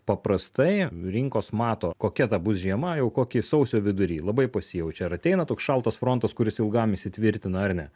paprastai rinkos mato kokia ta bus žiema jau kokį sausio vidury labai pasijaučia ir ateina toks šaltas frontas kuris ilgam įsitvirtina ar ne